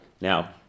Now